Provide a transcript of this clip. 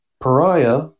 Pariah